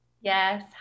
Yes